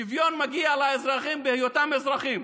ששוויון מגיע לאזרחים מתוקף היותם אזרחים.